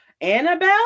Annabelle